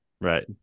Right